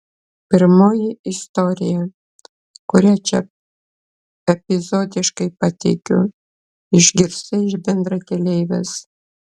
pirmoji istorija kurią čia epizodiškai pateikiu išgirsta iš bendrakeleivės